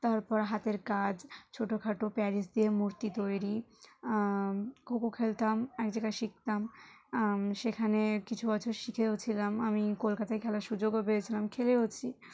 তারপর হাতের কাজ ছোটখাটো প্যারিস দিয়ে মূর্তি তৈরি খোখো খেলতাম এক জায়গায় শিখতাম সেখানে কিছু বছর শিখেওছিলাম আমি কলকাতায় খেলার সুযোগও পেয়েছিলাম খেলেওছি